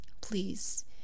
please